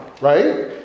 right